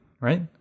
right